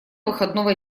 выходного